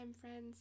friends